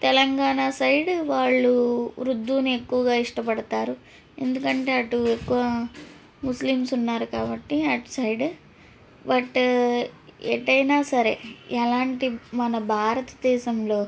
Telangana side వాళ్ళు ఉర్దూని ఎక్కువగా ఇష్టపడతారు ఎందుకంటే అటు ఎక్కువ ముస్లిమ్స్ ఉన్నారు కాబట్టి అటు సైడ్ బట్ ఎటైనా సరే ఎలాంటి మన భారతదేశంలో